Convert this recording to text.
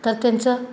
तर त्यांचं